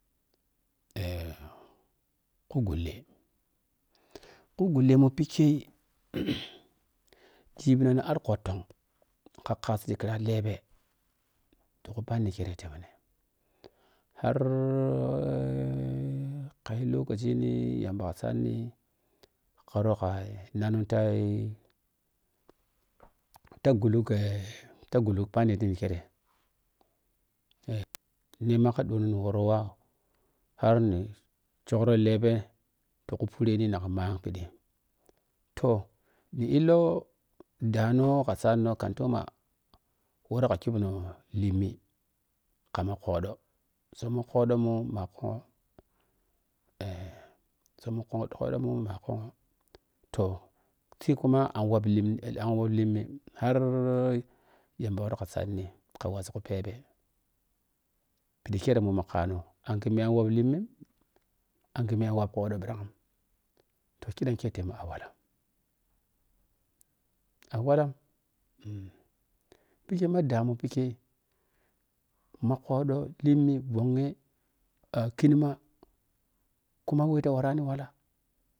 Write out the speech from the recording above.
Eh khugulle khugullimmu pike jibina ni arkhutang kakasti khira lebe tiku panni kire temine har kai lokaci ni yamba ka sadni korog kainannini tai ta gullugkai ka gullug panni kirai eh ni ma ka doono ni woro wa harni cukro lebe tik u forini naka man phiɗi toh ni illo daa no ka sad no kantoma woro ka khum no limmi kana khoɗo summoh khodomun mago eh summa ku domun magmoh toh sii kuma angwang limmi har yamba ka woro sad nika wasiiku phebe phiɗi kkeremumu kano anghe miyanwagg limmi anghe miya wagg khodo bhirang toh kiɗan kei a walla a wallam bhike ma danmu phike kei ma knodo limmi whang kinima kuma weta waran walla.